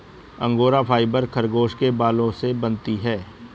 angora fibre खरगोश के बालों से बनती है